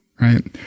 Right